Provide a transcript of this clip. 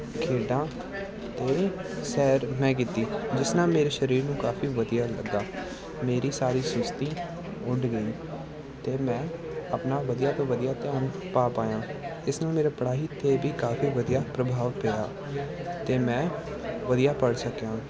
ਖੇਡਾਂ ਅਤੇ ਸੈਰ ਮੈਂ ਕੀਤੀ ਜਿਸ ਨਾਲ ਮੇਰੇ ਸਰੀਰ ਨੂੰ ਕਾਫੀ ਵਧੀਆ ਲੱਗਾ ਮੇਰੀ ਸਾਰੀ ਸੁਸਤੀ ਉੱਡ ਗਈ ਅਤੇ ਮੈਂ ਆਪਣਾ ਵਧੀਆ ਤੋਂ ਵਧੀਆ ਧਿਆਨ ਪਾ ਪਾਇਆ ਇਸ ਨਾਲ ਮੇਰਾ ਪੜ੍ਹਾਈ 'ਤੇ ਵੀ ਕਾਫੀ ਵਧੀਆ ਪ੍ਰਭਾਵ ਪਿਆ ਅਤੇ ਮੈਂ ਵਧੀਆ ਪੜ੍ਹ ਸਕਿਆ